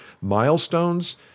milestones